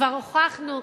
כבר הוכחנו,